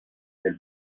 del